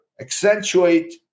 accentuate